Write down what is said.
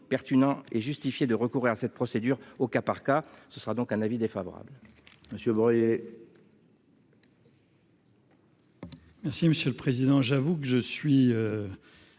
pertinent et justifié de recourir à cette procédure au cas par cas, ce sera donc un avis défavorable.